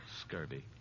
Scurvy